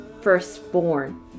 firstborn